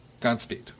Godspeed